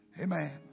Amen